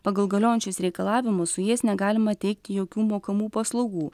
pagal galiojančius reikalavimus su jais negalima teikti jokių mokamų paslaugų